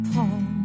Paul